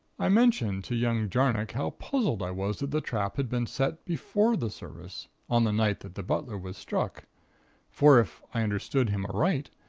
i mentioned to young jarnock how puzzled i was that the trap had been set before the service, on the night that the butler was struck for, if i understood him aright,